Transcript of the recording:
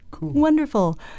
wonderful